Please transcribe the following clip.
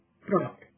product